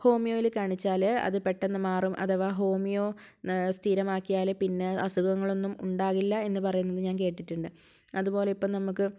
ഹോമിയോയിൽ കാണിച്ചാൽ അത് പെട്ടെന്ന് മാറും അഥവാ ഹോമിയോ സ്ഥിരമാക്കിയാൽ പിന്നെ അസുഖങ്ങളൊന്നും ഉണ്ടാകില്ല എന്നുപറയുന്നത് ഞാൻ കേട്ടിട്ടുണ്ട് അതുപോലെ ഇപ്പം നമുക്ക്